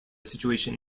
situation